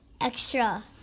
extra